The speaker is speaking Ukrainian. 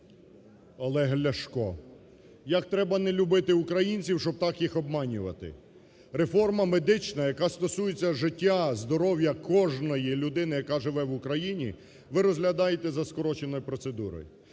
Олег Ляшко. Як треба не любити українців, щоб так їх обманювати. Реформа медична, яка стосується життя, здоров'я кожної людини, яка живе в Україні, ви розглядаєте за скороченою процедурою.